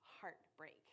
heartbreak